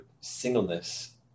singleness